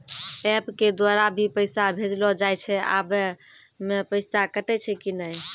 App के द्वारा भी पैसा भेजलो जाय छै आबै मे पैसा कटैय छै कि नैय?